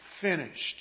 finished